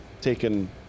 taken